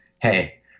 Hey